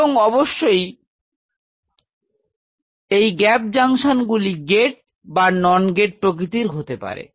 এবং অবশ্যই এই গ্যাপ জংশনগুলি গেট বা নন গেট প্রকৃতির হতে পারে